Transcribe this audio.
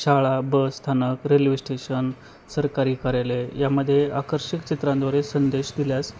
शाळा बस स्थानक railway station सरकारी कार्यालय यामध्ये आकर्षक चित्रांद्वारे संदेश दिल्यास